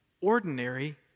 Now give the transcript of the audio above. ordinary